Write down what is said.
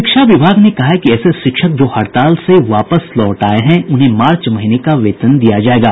शिक्षा विभाग ने कहा है कि ऐसे शिक्षक जो हड़ताल से वापस लौट आये हैं उन्हें मार्च महीने का वेतन दिया जायेगा